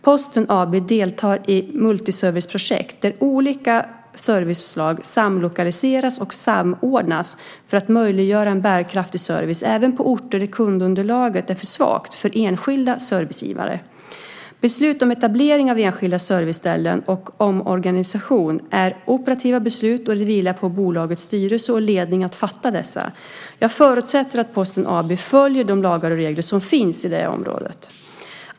Posten AB deltar i multiserviceprojekt där olika serviceslag samlokaliseras och samordnas för att möjliggöra en bärkraftig service även på orter där kundunderlaget är för svagt för enskilda servicegivare. Beslut om etablering av enskilda serviceställen och omorganisation är operativa beslut, och det vilar på bolagets styrelse och ledning att fatta dessa. Jag förutsätter att Posten AB följer de lagar och regler som finns på det området.